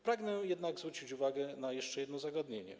Pragnę jednak zwrócić uwagę na jeszcze jedno zagadnienie.